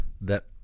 That-